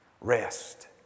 rest